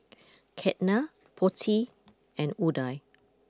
Ketna Potti and Udai